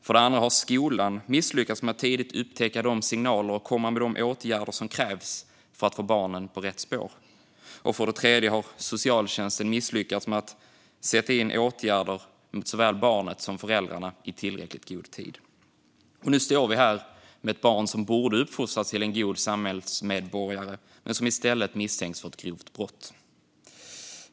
För det andra har skolan misslyckats med att tidigt upptäcka signalerna och komma med de åtgärder som krävs för att få barnen på rätt spår. För det tredje har socialtjänsten misslyckats med att sätta in åtgärder mot såväl barnet som föräldrarna i tillräckligt god tid. Sedan står man där med ett barn som borde ha uppfostrats till en god samhällsmedborgare men som i stället misstänks för ett grovt brott.